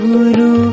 Guru